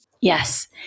Yes